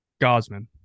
Gosman